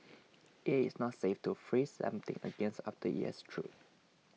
it is not safe to freeze something again after it has thawed